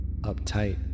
uptight